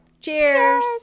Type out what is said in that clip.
Cheers